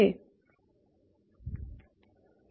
There are some design style specific issues also